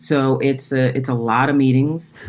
so it's ah it's a lot of meetings.